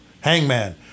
Hangman